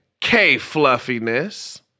K-Fluffiness